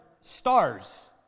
stars